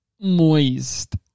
moist